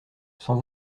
sans